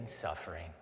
suffering